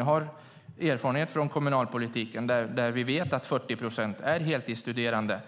Jag har erfarenhet från kommunalpolitiken. Vi vet att 40 procent är heltidsstuderande.